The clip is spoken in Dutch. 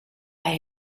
bij